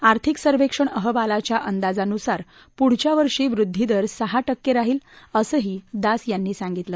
आर्थिक सर्वेक्षण अहवालाच्या अंदाजानुसार पुढच्या वर्षी वृद्धीदर सहा केके असेल असंही दास यांनी सांगितलं